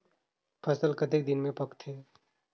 फसल कतेक दिन मे पाकथे?